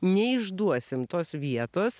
neišduosime tos vietos